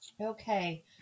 Okay